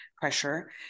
pressure